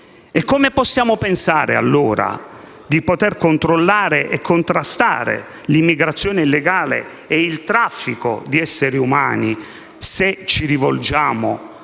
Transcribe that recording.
E come possiamo pensare allora di poter controllare e contrastare l'immigrazione illegale e il traffico di esseri umani, se ci rivolgiamo